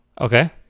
Okay